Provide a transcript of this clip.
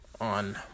on